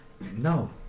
No